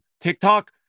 TikTok